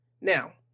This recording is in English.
Now